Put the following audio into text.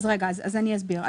אני אסביר.